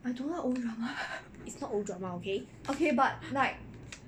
it's not old drama okay